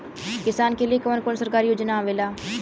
किसान के लिए कवन कवन सरकारी योजना आवेला?